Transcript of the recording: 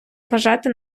вважати